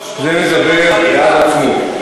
וזה מדבר בעד עצמו.